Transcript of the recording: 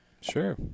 Sure